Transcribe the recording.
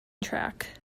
track